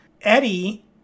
Eddie